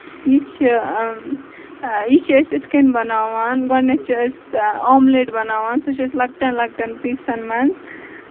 یہِ چھِ یہِ چھِ أسۍ اِتھ کٔنۍ بَناوان گۄڈٕنیتھ چھِ أسۍ اوملیٹ بَناوان سُہ چھِ أسۍ لۄکٹین لۄکٹین پیٖسن منٛز